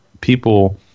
people